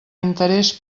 interés